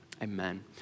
Amen